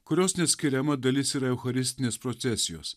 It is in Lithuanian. kurios neatskiriama dalis yra eucharistinės procesijos